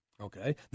okay